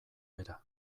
bera